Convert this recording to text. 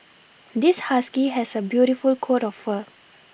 this husky has a beautiful coat of fur